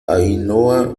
ainhoa